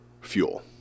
fuel